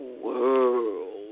world